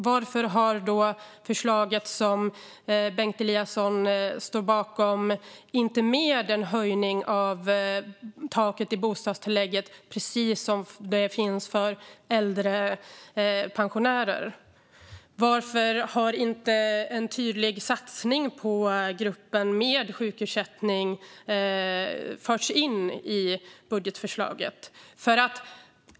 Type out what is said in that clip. Varför har då förslaget som Bengt Eliasson står bakom inte med en höjning av taket i bostadstillägget, som finns för ålderspensionärer? Och varför har inte en tydlig satsning på gruppen med sjukersättning förts in i budgetförslaget?